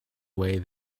way